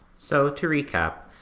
so, to recap,